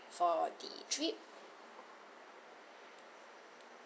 for the trip